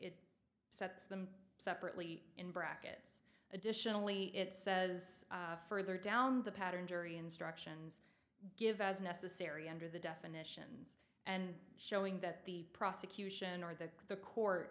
it sets them separately in brackets additionally it says further down the pattern jury instructions give as necessary under the definitions and showing that the prosecution or the the co